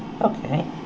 Okay